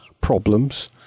problems